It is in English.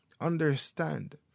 understand